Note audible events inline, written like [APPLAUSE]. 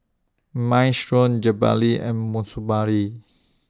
Minestrone Jalebi and [UNINTELLIGIBLE]